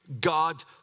God